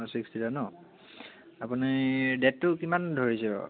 অঁ ছিক্সটি টা ন আপুনি ডেটটো কিমান ধৰিছে বাৰু